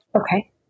Okay